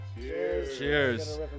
Cheers